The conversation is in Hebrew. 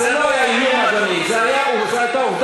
זה היה, זה לא היה איום, אדוני, זה היה, עובדה,